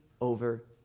over